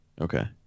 Okay